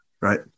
right